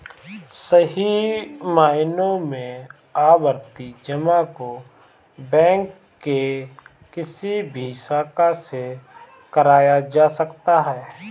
सही मायनों में आवर्ती जमा को बैंक के किसी भी शाखा से कराया जा सकता है